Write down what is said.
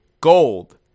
gold